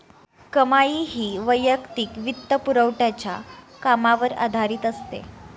कमाई ही वैयक्तिक वित्तपुरवठ्याच्या कामावर आधारित असते